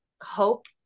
hope